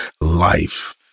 life